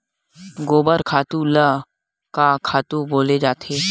गोबर खातु ल का खातु बोले जाथे?